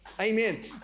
Amen